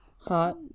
hot